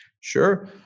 Sure